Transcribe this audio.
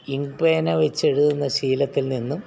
ink പേന വെച്ചെഴുതുന്ന ശീലത്തിൽ നിന്നും